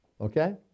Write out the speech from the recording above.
okay